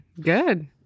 good